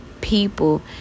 people